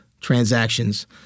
transactions